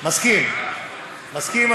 מסכים, מסכים.